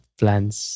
plants